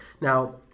Now